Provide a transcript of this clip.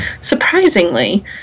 Surprisingly